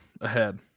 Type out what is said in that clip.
ahead